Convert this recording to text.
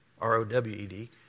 R-O-W-E-D